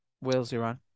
Wales-Iran